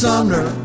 Sumner